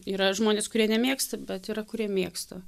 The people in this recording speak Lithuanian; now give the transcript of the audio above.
yra žmonės kurie nemėgsta bet yra kurie mėgsta